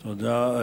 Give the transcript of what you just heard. תודה.